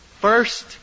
First